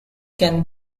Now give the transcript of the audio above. can